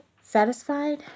Satisfied